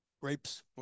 grapes